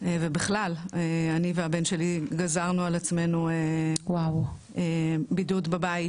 ובכלל אני והבן שלי גזרנו על עצמנו בידוד בבית,